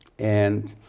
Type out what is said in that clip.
and